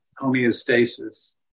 homeostasis